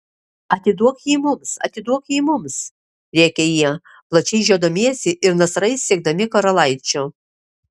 atiduok jį mums atiduok jį mums rėkė jie plačiai žiodamiesi ir nasrais siekdami karalaičio